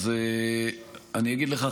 אז אני אגיד לך,